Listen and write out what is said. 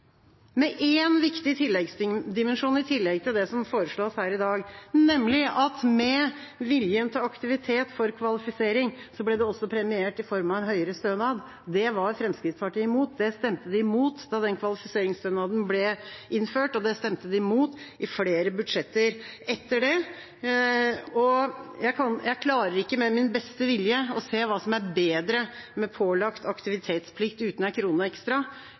med én viktig dimensjon i tillegg til det som foreslås her i dag, nemlig at viljen til aktivitet for kvalifisering også ble premiert i form av en høyere stønad. Det var Fremskrittspartiet imot. Det stemte de imot da kvalifiseringsstønaden ble innført, og det stemte de imot i flere budsjetter etter det. Jeg klarer ikke med min beste vilje å se hva som er bedre med pålagt aktivitetsplikt uten en krone ekstra